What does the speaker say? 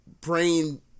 brain